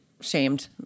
shamed